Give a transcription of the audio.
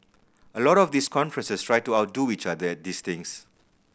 a lot of these conferences try to outdo each other these things